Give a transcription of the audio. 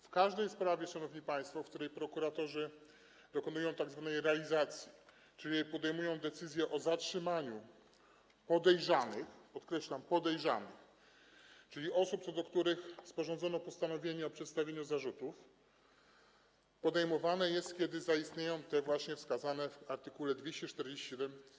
W każdej sprawie, szanowni państwo, w której prokuratorzy dokonują tzw. realizacji, czyli podejmują decyzję o zatrzymaniu podejrzanych, podkreślam, podejrzanych, czyli osób, co do których sporządzono postanowienie o przedstawieniu zarzutów, jest to podejmowane, kiedy zaistnieją przesłanki wskazane w art. 247.